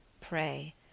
Pray!—